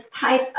type